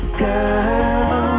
girl